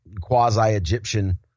quasi-Egyptian